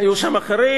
היו שם אחרים,